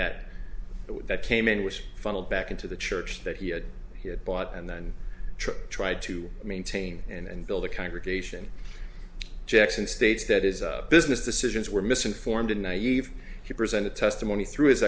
that that came in which funneled back into the church that he had he had bought and then tried to maintain and build a congregation jackson states that is business decisions were misinformed and naive he presented testimony through his